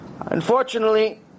Unfortunately